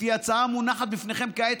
לפי ההצעה המונחת לפניכם כעת,